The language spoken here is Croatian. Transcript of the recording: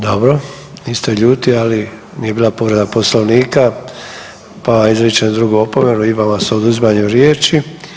Dobro, niste ljuti, ali nije bila povreda Poslovnika pa vam izričem drugu opomenu i vama s oduzimanjem riječi.